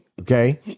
Okay